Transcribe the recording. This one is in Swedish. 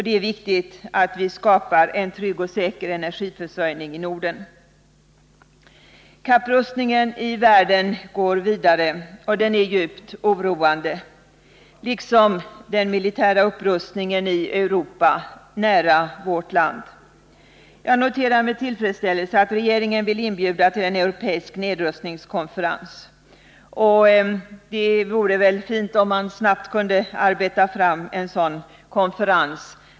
Det är viktigt att vi skapar en trygg och säker energiförsörjning i Norden. Kapprustningen i världen går vidare. Det är djupt oroande liksom den militära upprustningen i Europa, nära vårt land. Jag noterar med tillfrgdsställelse att regeringen vill inbjuda till en europeisk nedrustningskonferens. Det vore fint om man snabbt kunde arbeta fram en sådan konferens.